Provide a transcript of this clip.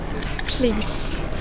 Please